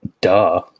Duh